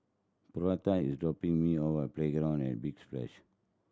Portia is dropping me off Playground at Big Splash